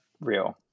real